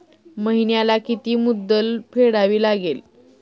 महिन्याला किती मुद्दल फेडावी लागेल?